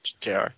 JR